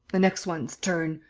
the next one's turn!